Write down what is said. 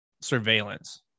surveillance